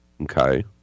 Okay